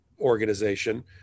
organization